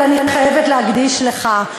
אבל אני חייבת להקדיש לך: